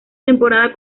temporada